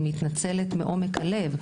אני מתנצלת מעומק הלב,